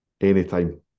Anytime